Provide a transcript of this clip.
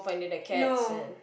no